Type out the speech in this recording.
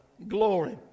glory